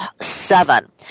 seven